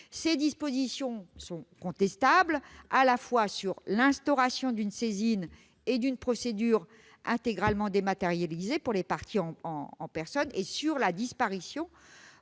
Ces dispositions sont contestables, qu'il s'agisse de l'instauration d'une saisine et d'une procédure intégralement dématérialisées pour les parties ou de la disparition